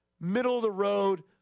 middle-of-the-road